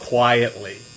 Quietly